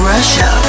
Russia